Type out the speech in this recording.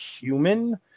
human